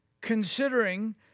Considering